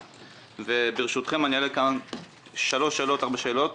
ברשותכם, אני אעלה ארבע שאלות.